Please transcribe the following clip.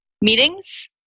meetings